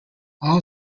all